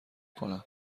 کنم